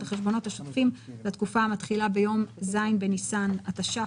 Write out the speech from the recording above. החשבונות השוטפים לתקופה המתחילה ביום ז' בניסן בתש"ף,